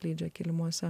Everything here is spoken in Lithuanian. dydžio kilimuose